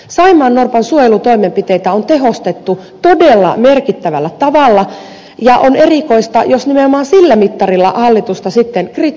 saimaannorpan suojelutoimenpiteitä on tehostettu todella merkittävällä tavalla ja on erikoista jos nimenomaan sillä mittarilla hallitusta kritisoidaan